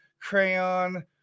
crayon